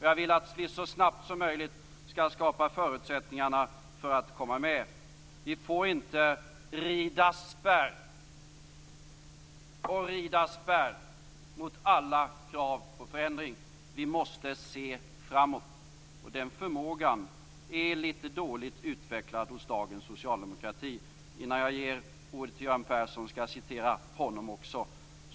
Jag vill att vi så snabbt som möjligt skall skapa förutsättningarna för att gå med. Vi får inte rida spärr mot alla krav på förändring. Vi måste se framåt. Den förmågan är dåligt utvecklad hos dagens socialdemokrati. Innan jag ger ordet till Göran Persson skall jag citera honom också.